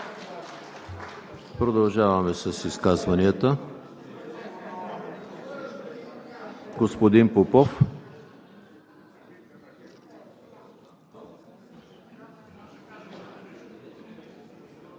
Продължаваме с изказванията. Господин Попов.